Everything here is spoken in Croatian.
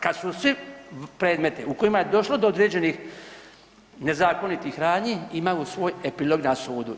Kad su svi predmeti u kojima je došlo do određenih nezakonitih radnji imaju svoj epilog na sudu.